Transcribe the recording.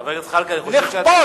לכפות,